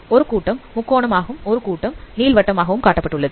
ஒரு கூட்டம் முக்கோணம் ஆகும் ஒரு கூட்டம் நீள் வட்டம் ஆகவும் காட்டப்பட்டுள்ளது